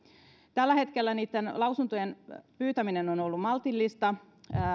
tällä hetkellä niitten lausuntojen pyytäminen on ollut maltillista